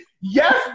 Yes